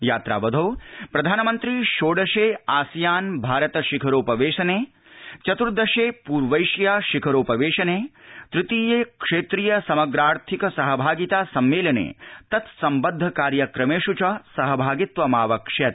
यात्रावधौ प्रधानमन्त्री षोडशे आसियान भारत शिखरोपवेशने चतूर्दशे पूर्वेशिया शिखरोपवशने तृतीये क्षेत्रीय समग्रार्थिक सहभागिता सम्मेलने तत्सम्बद्ध कार्यक्रमेष् च सहभागित्वमावक्ष्यति